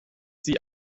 sie